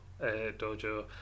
dojo